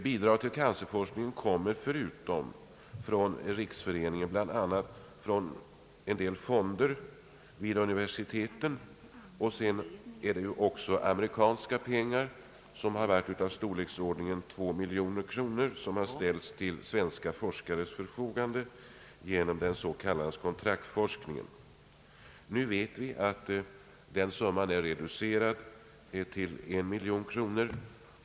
Bidrag till cancerforskningen kommer, förutom från riksföreningen, bl.a. från en del fonder vid universiteten. Vidare har amerikanska medel, som har varit av storleksordningen 2 miljoner kronor, ställts till svenska forskares förfogande genom den s.k. kontraktsforskningen. Nu vet vi att den summan är reducerad till en miljon kronor.